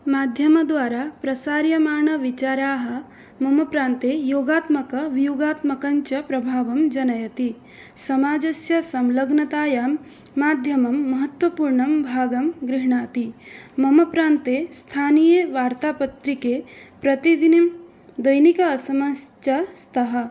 माध्यमद्वारा प्रसार्यमाणविचराः मम प्रान्ते योगात्मकं व्यूहात्मकञ्च प्रभावं जनयति समाजस्य संलग्नतायां माध्यमं महत्त्वपूर्णं भागं गृह्णाति मम प्रान्ते स्थानीयवार्तापत्रिके प्रतिदिनं दैनिक असमश्च स्तः